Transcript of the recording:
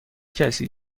کسی